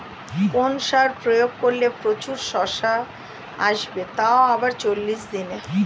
কোন সার প্রয়োগ করলে প্রচুর শশা আসবে তাও আবার চল্লিশ দিনে?